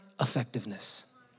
effectiveness